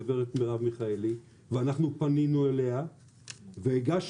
גברת מירב מיכאלי ואנחנו פנינו אליה והגשנו